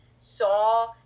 saw